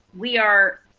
we are,